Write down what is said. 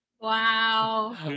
Wow